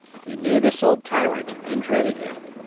he knew this old tyrant and dreaded him.